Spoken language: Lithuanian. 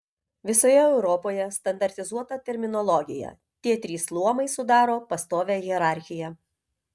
visoje europoje standartizuota terminologija tie trys luomai sudaro pastovią hierarchiją